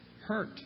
hurt